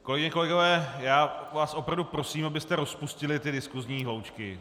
Kolegyně, kolegové, já vás opravdu prosím, abyste rozpustili ty diskusní hloučky.